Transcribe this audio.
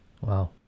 Wow